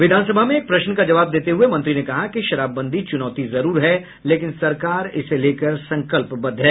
विधान सभा में एक प्रश्न का जवाब देते हुए मंत्री ने कहा कि शराबबंदी चुनौती जरूर है लेकिन सरकार इसे लेकर संकल्पबद्ध है